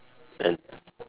and